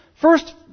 first